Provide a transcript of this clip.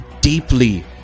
deeply